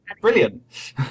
brilliant